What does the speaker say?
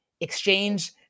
exchange